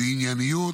ובענייניות,